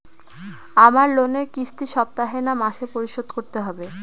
আমার লোনের কিস্তি সপ্তাহে না মাসে পরিশোধ করতে হবে?